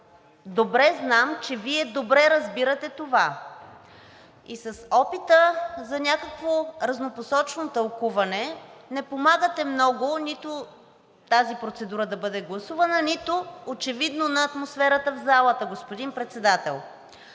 добре знам, че Вие добре разбирате това. И с опита за някакво разнопосочно тълкуване не помагате много нито тази процедура да бъде гласувана, нито очевидно на атмосферата в залата, господин Председател.